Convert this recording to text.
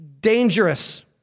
dangerous